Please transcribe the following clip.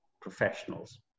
professionals